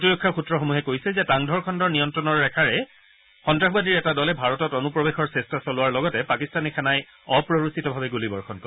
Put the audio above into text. প্ৰতিৰক্ষা সূত্ৰসমূহে কৈছে যে টাংধৰ খণ্ডৰ নিয়ন্ত্ৰণ ৰেখাৰে সন্তাসবাদীৰ এটা দলে ভাৰতত অনুপ্ৰৱেশৰ চেষ্টা চলোৱাৰ লগতে পাকিস্তানী সেনাই অপ্ৰৰোচিতভাৱে গুলীবৰ্ষণ কৰে